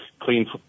clean